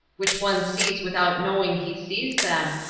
which one sees without knowing he sees them,